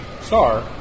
star